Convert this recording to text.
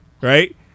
right